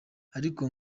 ariko